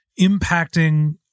impacting